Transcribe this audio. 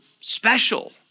special